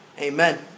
Amen